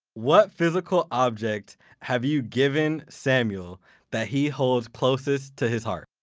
what physical object have you given samuel that he holds closest to his heart?